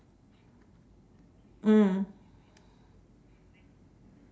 mm